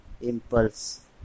impulse